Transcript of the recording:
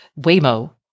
Waymo